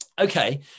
Okay